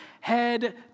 head